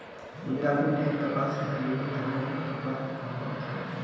गुजरात में ढेर कपास भइले के कारण उहाँ कपड़ा के काम खूब होला